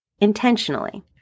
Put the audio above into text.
Intentionally